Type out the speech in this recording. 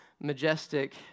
majestic